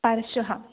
परश्वः